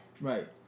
Right